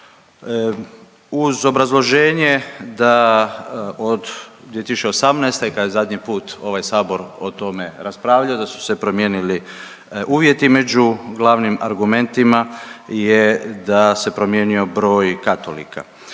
uz obrazloženje da od 2018. kad je zadnji put ovaj sabor o tome raspravljao da su se promijenili uvjeti, među glavnim argumentima je da se promijenio broj katolika.